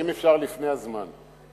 אם אפשר לפני הזמן,